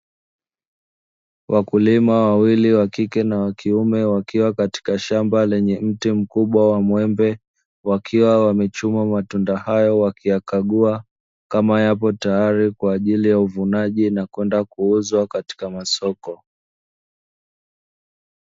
Wakulima wawili, wakike na wakiume wakiwa katika shamba lenye mti mkubwa wa muembe, wakiwa wamechuma matunda hayo wakiyakagua kama yapo tayari kwa ajili ya uvunaji na kwenda kuuzwa katika masoko.